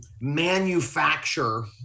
manufacture